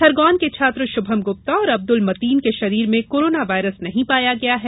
खरगोन के छात्र श्भम गृप्ता और अब्दल मतीन के शरीर में कोरोना वायरस नहीं पाया गया है